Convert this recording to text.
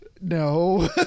No